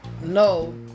No